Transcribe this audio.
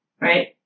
Right